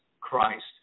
Christ